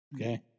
Okay